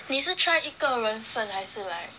你是 try 一个人份还是 like